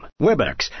Webex